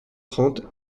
trente